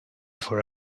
for